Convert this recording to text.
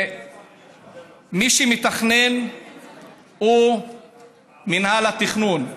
מי שמתכנן הוא מינהל התכנון.